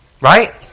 Right